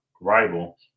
rival